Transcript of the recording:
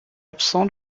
absents